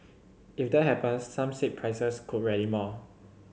if that happens some said prices could rally more